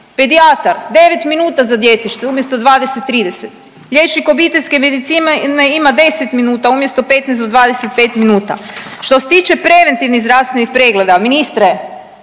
pedijatar devet minuta za djetešce umjesto 20, 30, liječnik obiteljske medicine ima 10 minuta umjesto 15 do 25 minuta. Što se tiče preventivnih zdravstvenih pregleda, ministre